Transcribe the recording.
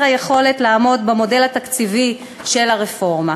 היכולת לעמוד במודל התקציבי של הרפורמה.